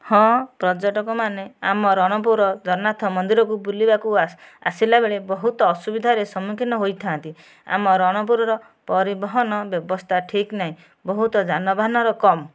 ହଁ ପର୍ଯ୍ୟଟକ ମାନେ ଆମ ରଣପୁର ଜଗନ୍ନାଥ ମନ୍ଦିର ବୁଲିବାକୁ ଆସିଲା ବେଳେ ବହୁତ ଅସୁବିଧାର ସମୁଖୀନ୍ନ ହୋଇଥାନ୍ତି ଆମ ରଣପୁରର ପରିବହନ ବ୍ୟବସ୍ଥା ଠିକ ନାହିଁ ବହୁତ ଯାନବାହାନ କମ